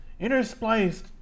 interspliced